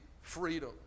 freedom